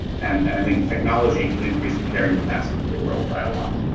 and and i think technology can increase the carrying capacity of the world by a lot.